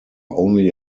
only